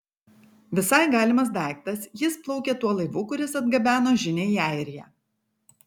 visai galimas daiktas jis plaukė tuo laivu kuris atgabeno žinią į airiją